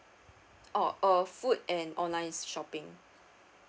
oh uh food and online shopping